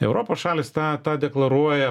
europos šalys tą tą deklaruoja